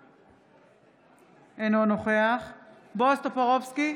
טאהא, אינו נוכח בועז טופורובסקי,